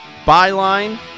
byline